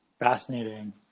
Fascinating